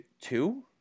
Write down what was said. two